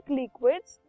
liquids